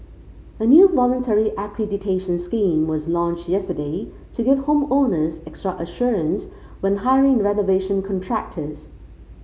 a new voluntary accreditation scheme was launched yesterday to give home owners extra assurance when hiring renovation contractors